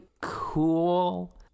cool